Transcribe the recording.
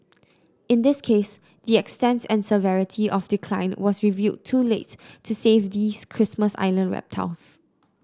in this case the extent and severity of decline was revealed too late to save these Christmas Island reptiles